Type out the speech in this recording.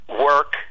work